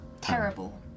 terrible